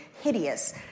hideous